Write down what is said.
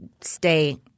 stay